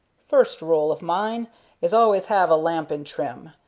first rule of mine is always have lamp in trim,